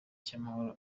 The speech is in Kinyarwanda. cy’amahoro